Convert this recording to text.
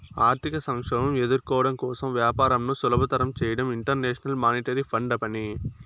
ఆర్థిక సంక్షోభం ఎదుర్కోవడం కోసం వ్యాపారంను సులభతరం చేయడం ఇంటర్నేషనల్ మానిటరీ ఫండ్ పని